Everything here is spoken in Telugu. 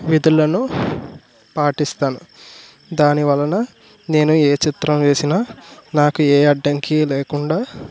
విధులను పాటిస్తాను దానివలన నేను ఏ చిత్రం వేసిన నాకు ఏ అడ్డంకి లేకుండా